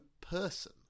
person